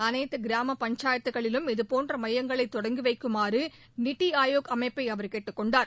அனைத்து கிராம பஞ்சாயத்துக்களிலும் இதுபோன்ற மையங்களை தொடங்கி வைக்குமாறு நித்தி ஆயோக் அமைப்பை அவர் கேட்டுக் கொண்டார்